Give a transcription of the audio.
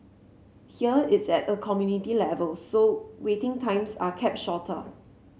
here it's at a community level so waiting times are kept shorter